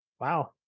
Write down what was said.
Wow